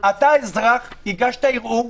אתה אזרח, הגשת ערעור